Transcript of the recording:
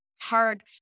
hard